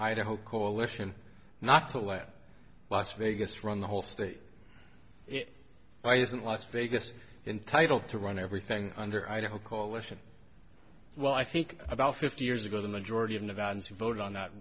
idaho coalition not to let las vegas run the whole state why isn't las vegas entitled to run everything under idaho coalition well i think about fifty years ago the majority of nevadans voted on that